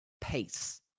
PACE